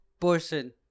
person